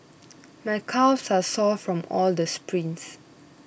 my calves are sore from all the sprints